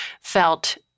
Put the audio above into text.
felt